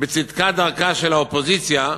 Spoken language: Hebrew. בצדקת דרכה של האופוזיציה,